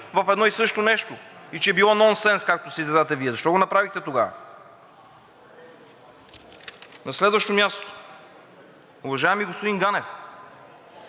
в едно и също нещо и че било нонсенс, както се изразявате Вие?! Защо го направихте тогава?! На следващо място, уважаеми господин Ганев,